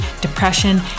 depression